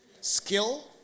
Skill